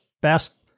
best